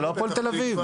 זה לא הפועל תל אביב,